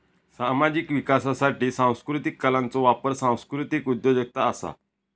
सामाजिक विकासासाठी सांस्कृतीक कलांचो वापर सांस्कृतीक उद्योजगता असा